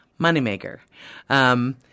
Moneymaker